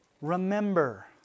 remember